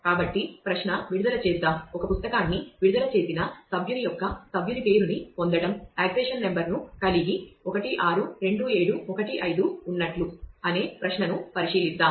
కాబట్టి ప్రశ్న విడుదల చేద్దాం ఒక పుస్తకాన్ని విడుదల చేసిన సభ్యుని యొక్క సభ్యుని పేరును పొందడం ఆక్సిషన్ నెంబర్ ను కలిగి 162715 ఉన్నట్లు అనే ప్రశ్నను పరిశీలిద్దాం